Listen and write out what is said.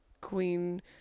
queen